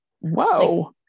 Whoa